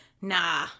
nah